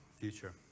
future